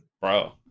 bro